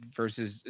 versus